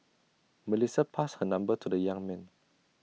Melissa passed her number to the young man